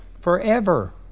forever